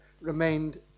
remained